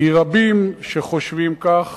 כי רבים חושבים כך,